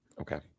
Okay